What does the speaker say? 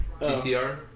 GTR